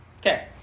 okay